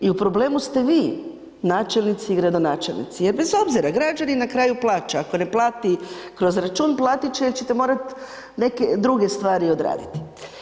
I u problemu ste vi, načelnici i gradonačelnici jer bez obzira građani na kraju plaća, ako ne plati kroz račun, platit će jer ćete morati neke druge stvari odraditi.